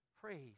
Praise